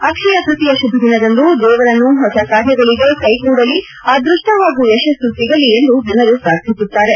ಅಕ್ಷಯ ತೃತೀಯ ಶುಭದಿನದಂದು ದೇವರನ್ನು ಹೊಸ ಕಾರ್ಯಗಳು ಕೈಗೂಡಲಿ ಅದ್ವಪ್ಷ ಒದಗಲಿ ಹಾಗೂ ಯಶಸ್ಸು ಸಿಗಲಿ ಎಂದು ಜನರು ಪ್ರಾರ್ಥಿಸುತ್ತಾರೆ